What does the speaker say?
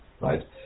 right